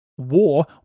War